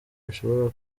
bishobora